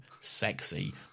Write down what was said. Sexy